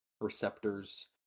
receptors